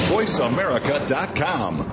VoiceAmerica.com